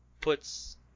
puts